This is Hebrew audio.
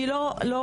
אני לא מזוכיסטית,